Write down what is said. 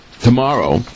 tomorrow